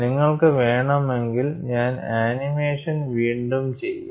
നിങ്ങൾക്ക് വേണമെങ്കിൽ ഞാൻ ആനിമേഷൻ വീണ്ടും ചെയ്യാം